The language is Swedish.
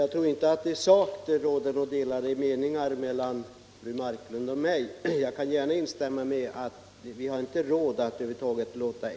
Herr talman! I sak tror jag inte att fru Marklund och jag har delade meningar. Jag kan gärna instämma i att vi inte har råd att över huvud taget låta